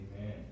Amen